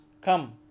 Come